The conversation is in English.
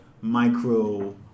micro